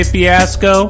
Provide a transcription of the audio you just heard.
Fiasco